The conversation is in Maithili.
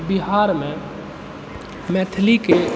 बिहारमे मैथिलीके